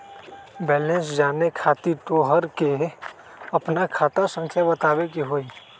Balance जाने खातिर तोह के आपन खाता संख्या बतावे के होइ?